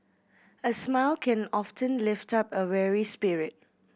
a smile can often lift up a weary spirit